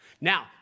Now